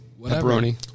Pepperoni